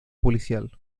policial